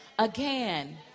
Again